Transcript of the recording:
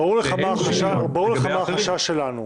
ברור לך מה החשש שלנו.